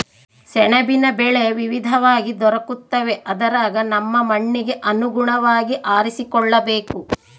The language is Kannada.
ಸೆಣಬಿನ ಬೆಳೆ ವಿವಿಧವಾಗಿ ದೊರಕುತ್ತವೆ ಅದರಗ ನಮ್ಮ ಮಣ್ಣಿಗೆ ಅನುಗುಣವಾಗಿ ಆರಿಸಿಕೊಳ್ಳಬೇಕು